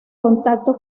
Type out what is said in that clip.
contacto